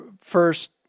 first